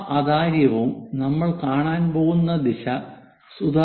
അവ അതാര്യവും നമ്മൾ കാണാൻ പോകുന്ന ദിശ സുതാര്യവുമാണ്